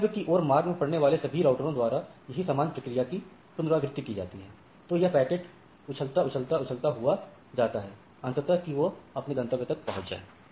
गंतव्य की ओर मार्ग में पड़ने वाले सभी राउटरों द्वारा यही सामान प्रक्रिया की पुनरावृति की जाती है तो यह पैकेट उछलता उछलता उछलता हुआ जाता है अंततः कि अपने गंतव्य तक पहुंच जाए